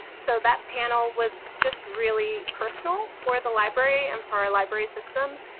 so that panel was just really personal for the library, and for our library system.